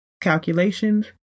calculations